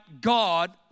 God